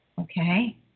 Okay